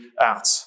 out